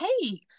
hey